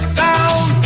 sound